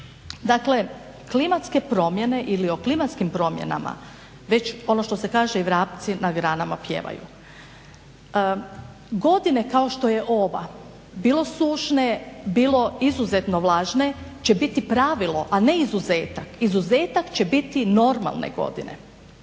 Dakle klimatske promjene ili o klimatskim promjenama već ono što se kaže i vrapci na granama pjevaju. Godine kao što je ova bilo sušne bilo izuzetno vlažne će biti pravilo, a ne izuzetak. Izuzetak će biti normalne godine.